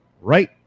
Right